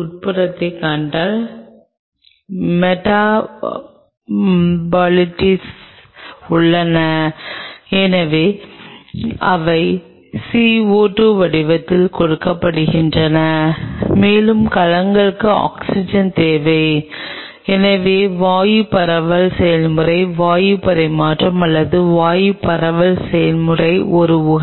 இது ஆரம்ப கட்டங்களில் முற்றிலும் உள்ளது இது முற்றிலும் ஒரு எலெக்ட்ரோஸ்டாடிக் தொடர்பு மற்றும் இந்த எலெக்ட்ரோஸ்டாடிக் செல் ஒரு